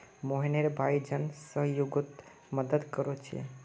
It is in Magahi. मोहनेर भाई जन सह्योगोत मदद कोरछे